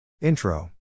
Intro